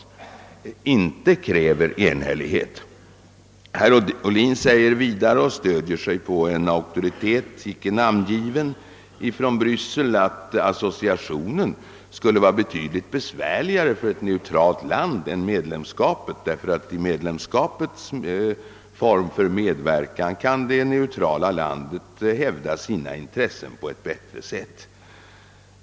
Vidare sade herr Ohlin — och han stödde sig därvid på en icke namngiven auktoritet i Bryssel — att associationen är betydligt besvärligare än medlemskapet för ett neutralt land, ty i medlemskapets form kan det neutrala landet hävda sina intressen på ett bättre sätt.